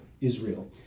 Israel